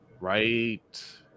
right